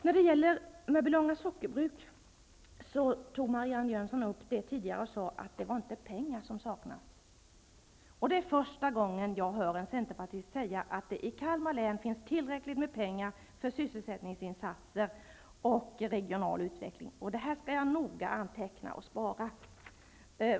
Marianne Jönsson tog tidigare upp Mörbylånga sockerbruk och sade att det inte var pengar som saknades. Det är första gången jag hör en centerpartist säga att det i Kalmar län finns tillräckligt med pengar för sysselsättningsinsatser och regional utveckling. Detta skall jag noga anteckna och spara.